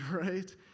right